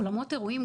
אולמות אירועים,